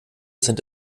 sind